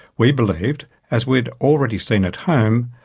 we believed, as we had already seen at home,